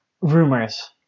Rumors